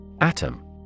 Atom